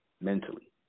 mentally